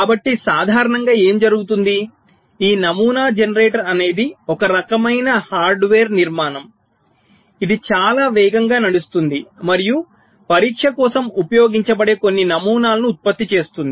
కాబట్టి సాధారణంగా ఏమి జరుగుతుంది ఈ నమూనా జనరేటర్ అనేది ఒక రకమైన హార్డ్వేర్ నిర్మాణం ఇది చాలా వేగంగా నడుస్తుంది మరియు పరీక్ష కోసం ఉపయోగించబడే కొన్ని నమూనాలను ఉత్పత్తి చేస్తుంది